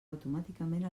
automàticament